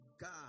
God